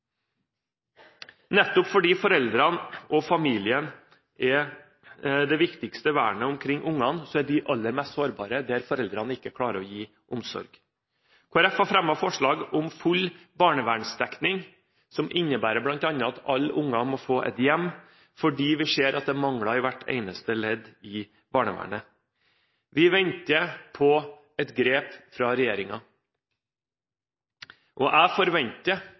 Nettopp fordi foreldrene og familien er det viktigste vernet omkring barna, er de aller mest sårbare der hvor foreldrene ikke klarer å gi omsorg. Kristelig Folkeparti har fremmet forslag om full barnevernsdekning, som bl.a. innebærer at alle barn må få et hjem, fordi vi ser at det mangler i hvert eneste ledd i barnevernet. Vi venter på et grep fra